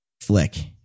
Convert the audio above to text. flick